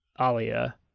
Alia